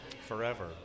forever